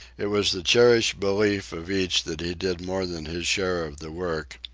it was the cherished belief of each that he did more than his share of the work,